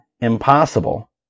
impossible